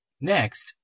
Next